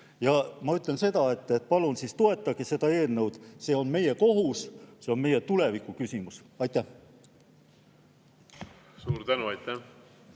Ma ütlen seda, et palun toetage seda eelnõu. See on meie kohus, see on meie tuleviku küsimus. Aitäh! Suur tänu!